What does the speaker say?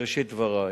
בראשית דברי